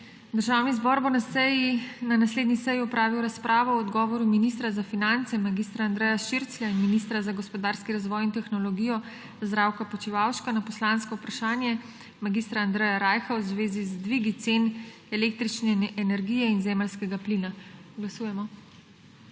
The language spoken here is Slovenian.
Državni zbor bo na naslednji seji opravil razpravo o odgovoru ministra za finance mag. Andreja Širclja in ministra za gospodarski razvoj in tehnologijo Zdravka Počivalška na poslansko vprašanje mag. Andreja Rajha v zvezi z dvigi cen električne energije in zemeljskega plina. Glasujemo.